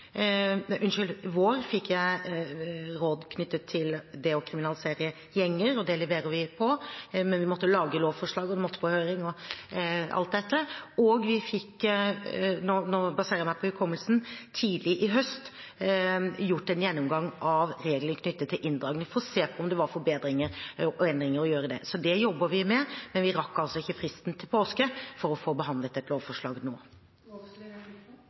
råd knyttet til det å kriminalisere gjenger, og det leverer vi på. Men vi måtte lage lovforslaget, og det måtte på høring, og alt dette. Nå baserer jeg meg på hukommelsen, men vi fikk tidlig i høst gjort en gjennomgang av regler knyttet til inndragning, for å se på om det var forbedringer og endringer å gjøre der. Det jobber vi med, men vi rakk altså ikke fristen til påske for å få behandlet et lovforslag